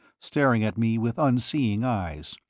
staring at me with unseeing eyes.